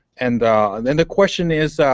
and the and and question is,